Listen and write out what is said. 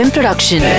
Production